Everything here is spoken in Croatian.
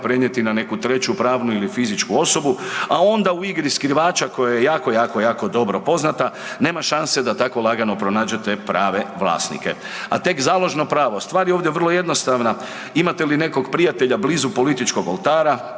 prenijeti na neku treću pravnu ili fizičku osobu, a onda u igri skrivača koja je jako, jako dobro poznata nema šanse da tako lagano pronađete prave vlasnike. A tek založno pravo, stvar je ovdje vrlo jednostavna, imate li nekog prijatelja blizu političkog oltara